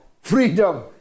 freedom